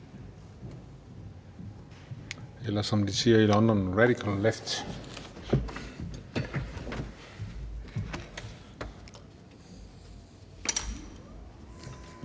eller som de siger i London: radical left.